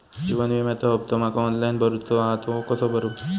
जीवन विम्याचो हफ्तो माका ऑनलाइन भरूचो हा तो कसो भरू?